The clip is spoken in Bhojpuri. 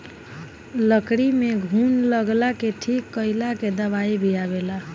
लकड़ी में घुन लगला के ठीक कइला के दवाई भी आवेला